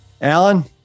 Alan